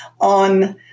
on